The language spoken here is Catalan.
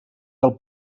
del